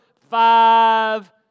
five